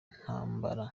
ntambara